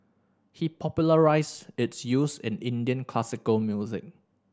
he popularised its use in Indian classical music